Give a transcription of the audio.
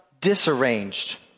disarranged